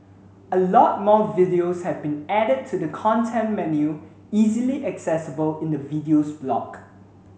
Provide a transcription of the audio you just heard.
a lot more videos have been added to the content menu easily accessible in the Videos block